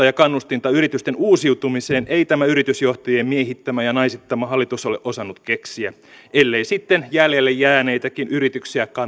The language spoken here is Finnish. ja kannustinta yritysten uusiutumiseen ei tämä yritysjohtajien miehittämä ja naisittama hallitus ole osannut keksiä ellei sitten jäljelle jääneitäkin yrityksiä